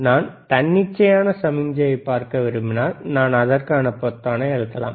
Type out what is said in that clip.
நான் தன்னிச்சையான சமிக்ஞையைப் பார்க்க விரும்பினால் நான் அதற்கான பொத்தானை அழுத்தலாம்